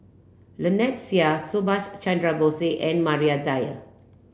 Lynnette Seah Subhas Chandra Bose and Maria Dyer